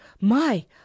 My